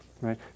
right